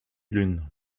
lune